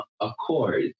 accord